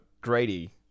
Grady